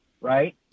Right